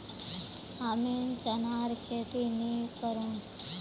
हमीं चनार खेती नी करुम